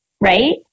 Right